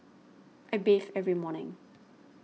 I bathe every morning